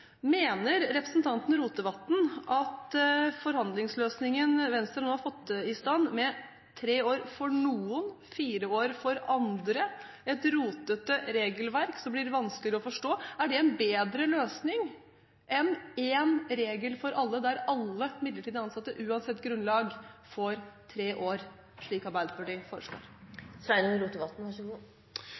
Mener representanten Rotevatn at forhandlingsløsningen Venstre nå har fått i stand med tre år for noen, fire år for andre – et rotete regelverk som blir vanskeligere å forstå – er en bedre løsning enn én regel for alle, der alle midlertidig ansatte, uansett grunnlag, får tre år slik Arbeiderpartiet